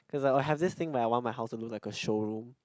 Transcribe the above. cause I'll have this thing where I want my house to look like a showroom